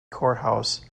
courthouse